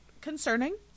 concerning